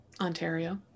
Ontario